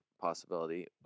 possibility